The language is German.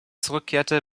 zurückkehrte